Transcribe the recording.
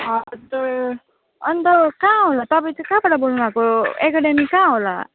हजुर अन्त कहाँ होला तपाईँ चाहिँ कहाँबाट बोल्नु भएको एकाडेमी कहाँ होला